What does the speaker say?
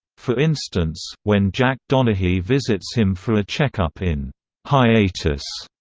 for instance, when jack donaghy visits him for a checkup in hiatus,